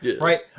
right